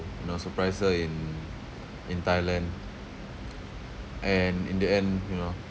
you know surprise her in in thailand and in the end you know